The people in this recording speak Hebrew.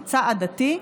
מוצא עדתי,